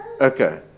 Okay